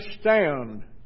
stand